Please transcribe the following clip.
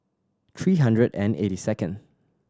three hundred and eighty second